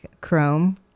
chrome